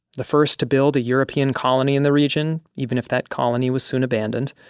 the first to build a european colony in the region, even if that colony was soon abandoned.